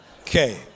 okay